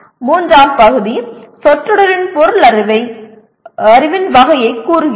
மூன்றாம் பகுதி சொற்றொடரின் பொருள் அறிவின் வகையைக் கூறுகிறது